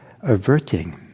averting